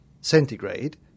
centigrade